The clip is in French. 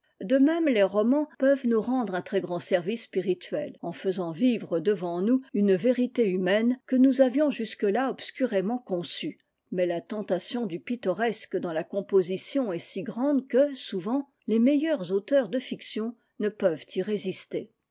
de même les romans peuvent nous rendre un très grand service spirituel en faisant vivre devant nous une vérité humaine que nous avions jusque-là obscurément conçue mais la tentation du pittoresque dans la composition est si grande que souvent les meilleurs auteurs de fictions ne peuvent y résister